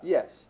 Yes